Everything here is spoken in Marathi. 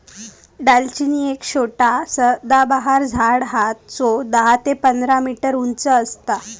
दालचिनी एक छोटा सदाबहार झाड हा जो दहा ते पंधरा मीटर उंच असता